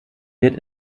wird